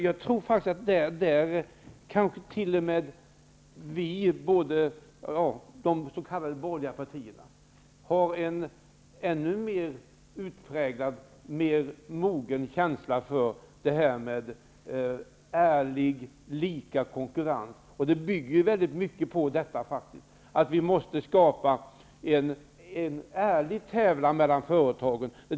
Jag tror faktiskt att vi i de s.k. borgerliga partierna har en ännu mer utpräglad och mogen känsla för ärlig och lika konkurrens. Vi måste skapa en ärlig tävlan mellan företagen.